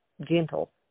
gentle